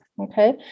okay